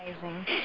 Amazing